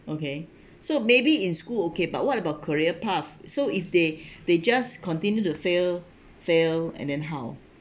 okay so maybe in school okay but what about career path so if they they just continue to fail fail and then how